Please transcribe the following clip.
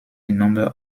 number